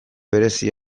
berezi